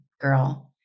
girl